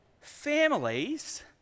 families